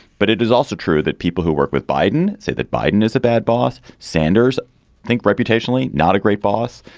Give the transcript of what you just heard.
but it is also true that people who work with biden say that biden is a bad boss. sanders think reputationally, not a great boss.